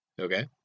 okay